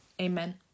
amen